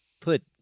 put